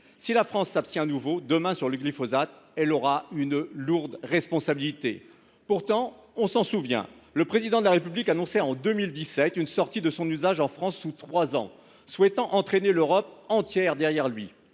Si la France s’abstient de nouveau, demain, sur le glyphosate, elle portera une lourde responsabilité. Pourtant, on s’en souvient, le Président de la République annonçait en 2017 une sortie de son usage en France sous trois ans, souhaitant entraîner l’Europe entière derrière lui.